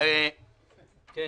יש